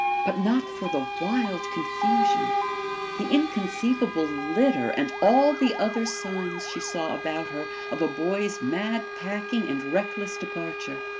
but not for the wild confusion the inconceivable litter and all the other signs she saw about her of a boy's mad packing and reckless departure.